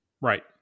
Right